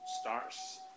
starts